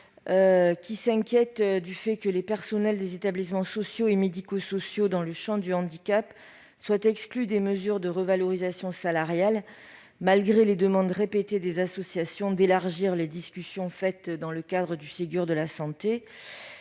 Celui-ci craint que les personnels des établissements sociaux et médico-sociaux du champ du handicap ne soient exclus des mesures de revalorisation salariale, malgré les demandes répétées des associations d'élargir les discussions engagées dans le cadre du Ségur de la santé.